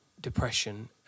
depression